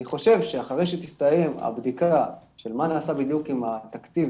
אני חושב שאחרי שתסתיים הבדיקה של מה נעשה בדיוק עם התקציב